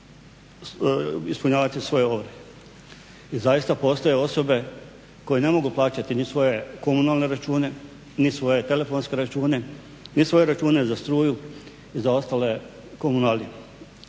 ispunjavati svoje ovrhe i zaista postoje osobe koje ne mogu plaćati ni svoje komunalne račune, ni svoje telefonske račune, ni svoje račune za struju i za ostale komunalije.